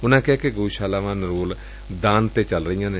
ਉਨੂਾ ਕਿਹਾ ਕਿ ਗਉਸ਼ਾਲਾਵਾਂ ਨਿਰੋਲ ਦਾਨ ਤੇ ਚੱਲ ਰਹੀਆਂ ਨੇ